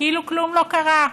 כאילו כלום לא קרה.